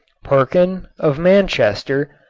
perkin, of manchester,